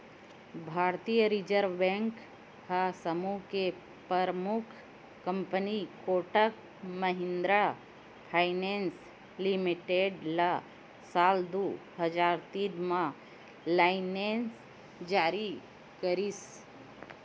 भारतीय reserve bank ह समूह के परमुख company Kotak Mahindra finance limited ल साल दू हजार तीन म लाइनेंस जारी करिस